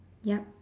yup